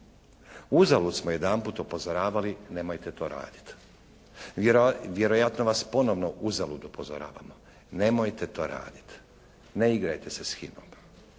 Uzalud smo jedanput upozoravali nemojte to radit. Vjerojatno vas ponovno uzalud upozoravamo. Nemojte to radit. Ne igrajte se s HINA-om.